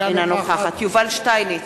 אינה נוכחת יובל שטייניץ,